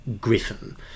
Griffin